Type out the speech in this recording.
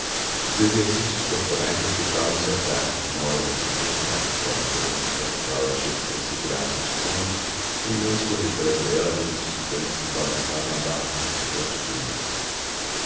os exercícios corporais efetuavam se à tarde uma hora depois do jantar hora excelente que habituava a digestão a segurar se no estômago e não escorrer pela goela quando os estudantes se balançavam à barra fixa pelas curvas